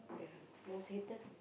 yeah most hated